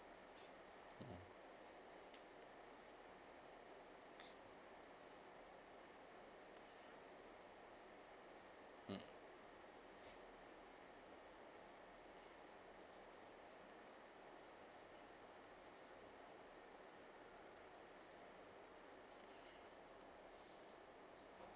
mm